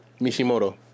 Mishimoto